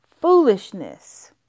foolishness